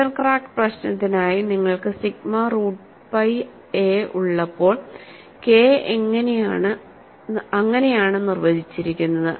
centre crack പ്രശ്നത്തിനായി നിങ്ങൾക്ക് sigma root pi A ഉള്ളപ്പോൾ കെ അങ്ങനെയാണ് നിർവചിച്ചിരിക്കുന്നത്